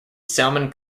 salmon